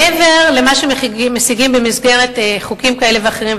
מעבר למה שמשיגים במסגרת חוקים כאלה ואחרים,